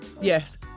Yes